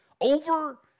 over